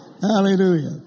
Hallelujah